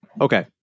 Okay